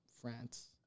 France